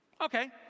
Okay